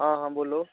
आं हां बोल्लो